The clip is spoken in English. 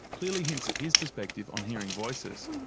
clearly hints at his perspective on hearing voices.